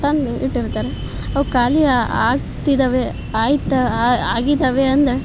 ತಂದು ಇಟ್ಟಿರ್ತಾರೆ ಅವು ಖಾಲಿ ಆಗ್ತಿದವೆ ಆಯಿತಾ ಆಗಿದವೆ ಅಂದರೆ